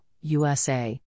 USA